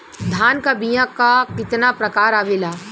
धान क बीया क कितना प्रकार आवेला?